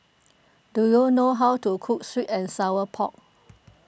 do you know how to cook Sweet and Sour Pork